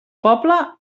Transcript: poble